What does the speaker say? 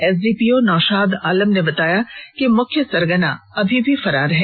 SDPO Naushad Alam ने बताया कि मुख्य सरगना अभी भी फरार है